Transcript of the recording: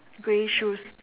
grey shoes